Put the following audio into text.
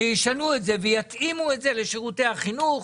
שישנו את זה ויתאימו את זה לשירותי החינוך,